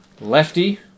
Lefty